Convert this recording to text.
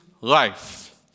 life